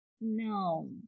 no